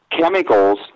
chemicals